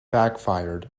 backfired